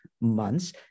months